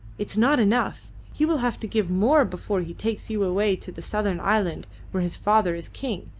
it is not enough! he will have to give more before he takes you away to the southern island where his father is king.